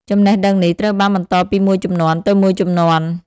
ចំណេះដឹងនេះត្រូវបានបន្តពីមួយជំនាន់ទៅមួយជំនាន់។